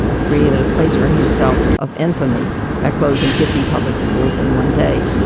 created a place for himself of infamy by closing fifty public schools in one day.